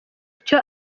icyo